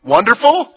Wonderful